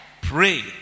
Pray